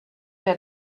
der